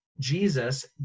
Jesus